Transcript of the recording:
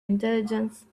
intelligence